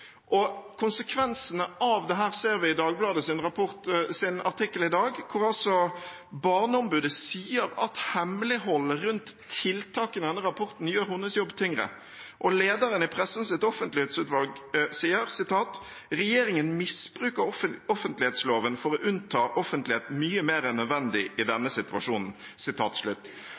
Konsekvensene av dette ser vi i Dagbladets artikkel i dag, hvor altså barneombudet sier at hemmeligholdet rundt tiltakene i denne rapporten gjør hennes jobb tyngre, og lederen i Pressens offentlighetsutvalg sier: «Regjeringen misbruker offentlighetsloven for å unnta offentlighet mye mer enn nødvendig i denne situasjonen.»